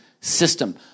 system